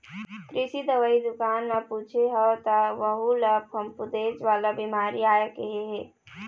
कृषि दवई दुकान म पूछे हव त वहूँ ल फफूंदेच वाला बिमारी आय कहे हे